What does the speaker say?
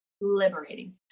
liberating